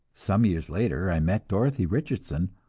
some years later i met dorothy richardson,